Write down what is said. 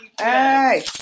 Hey